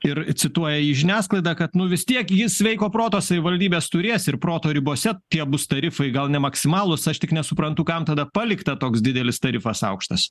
ir cituoja į žiniasklaidą kad nu vis tiek ji sveiko proto savivaldybės turės ir proto ribose tie bus tarifai gal ne maksimalūs aš tik nesuprantu kam tada palikta toks didelis tarifas aukštas